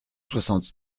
soixante